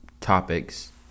topics